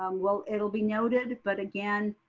um well, it'll be noted. but again,